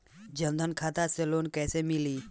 जन धन खाता से लोन कैसे मिली?